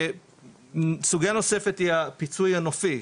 סוגיה נוספת היא הפיצוי הנופי.